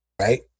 right